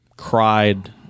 cried